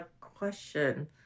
question